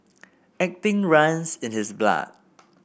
acting runs in his blood